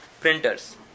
printers